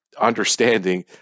understanding